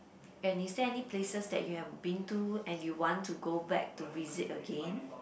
and is there any places that you've been to and you want to go back to visit again